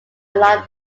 along